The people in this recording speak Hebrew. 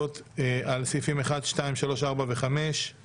בהתייעצות עם הסגנים ובאישורה של וועדת הכנסת ימנה את קצין